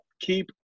keep